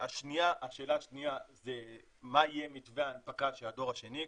השאלה השניה היא מה יהיה מתווה ההנפקה של הדור השני.